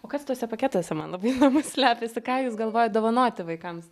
o kas tuose paketuose man labai įdomu slepiasi ką jūs galvojat dovanoti vaikams